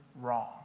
wrong